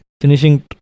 finishing